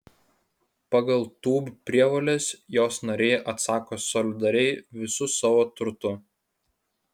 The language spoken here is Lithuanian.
pagal tūb prievoles jos nariai atsako solidariai visu savo turtu